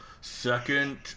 Second